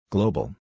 Global